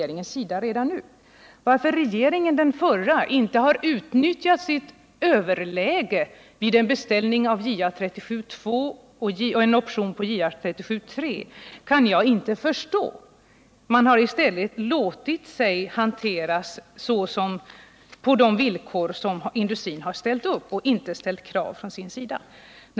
Jag kan inte förstå varför den förra regeringen inte har utnyttjat sitt överläge vid en beställning av JA 37:2 och en option på JA 37:3. Man hari stället låtit sig hanteras på de villkor som industrin har ställt upp och inte ställt krav från sin sida.